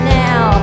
now